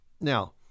now